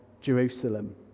Jerusalem